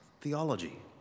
theology